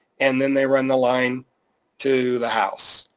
and then they run the line to the house,